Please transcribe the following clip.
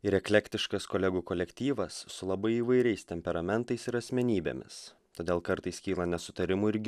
ir eklektiškas kolegų kolektyvas su labai įvairiais temperamentais ir asmenybėmis todėl kartais kyla nesutarimų irgi